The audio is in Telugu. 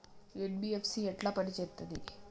ఎన్.బి.ఎఫ్.సి ఎట్ల పని చేత్తది?